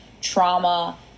trauma